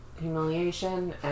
humiliation